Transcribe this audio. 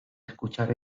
escuchar